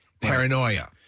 paranoia